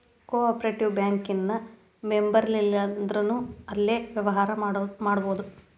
co operative bank ಇನ್ ಮೆಂಬರಿರ್ಲಿಲ್ಲಂದ್ರುನೂ ಅಲ್ಲೆ ವ್ಯವ್ಹಾರಾ ಮಾಡ್ಬೊದು